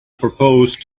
proposed